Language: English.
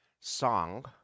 song